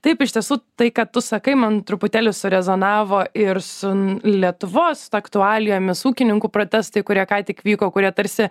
taip iš tiesų tai ką tu sakai man truputėlį surezonavo ir sun lietuvos aktualijomis ūkininkų protestai kurie ką tik vyko kurie tarsi